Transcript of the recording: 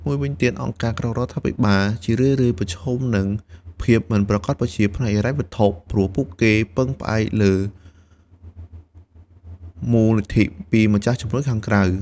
មួយវិញទៀតអង្គការក្រៅរដ្ឋាភិបាលជារឿយៗប្រឈមនឹង ភាពមិនប្រាកដប្រជាផ្នែកហិរញ្ញវត្ថុ ព្រោះពួកគេពឹងផ្អែកលើមូលនិធិពីម្ចាស់ជំនួយខាងក្រៅ។